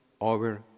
over